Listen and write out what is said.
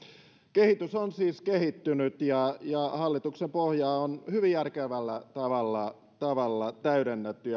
kehitys on siis kehittynyt ja hallituksen pohjaa on hyvin järkevällä tavalla tavalla täydennetty